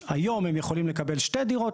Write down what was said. היום הם יכולים לקבל שתי דירות,